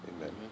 amen